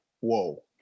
whoa